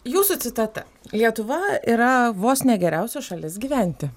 jūsų citata lietuva yra vos ne geriausia šalis gyventi